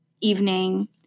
evening